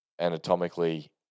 anatomically